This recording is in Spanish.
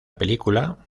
película